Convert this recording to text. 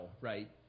right